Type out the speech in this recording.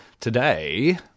today